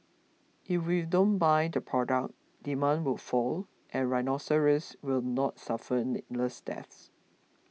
if we don't buy the product demand will fall and rhinoceroses will not suffer needless deaths